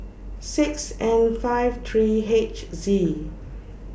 six N five three H Z